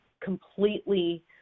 completely